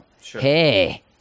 Hey